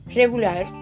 regular